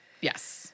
Yes